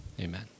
Amen